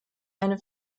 eine